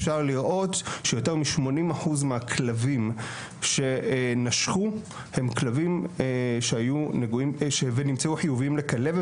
אפשר לראות שיותר מ-80% מהכלבים שנשכו ונמצאו חיובים לכלבת,